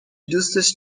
دوستش